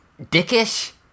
dickish